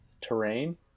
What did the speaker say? Terrain